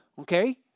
Okay